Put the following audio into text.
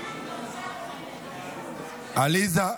עליזה,